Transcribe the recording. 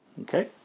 okay